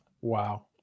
Wow